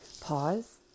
pause